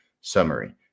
summary